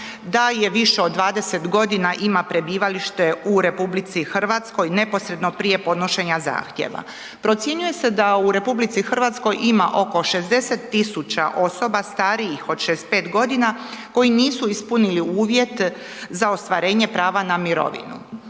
da više od 20 g. ima prebivalište u RH neposredno prije podnošenja zahtjeva. Procjenjuje se da u RH ima oko 60 000 osoba starijih od 65. g. koji nisu ispunili uvjete za ostvarenje prava na mirovinu.